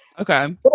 Okay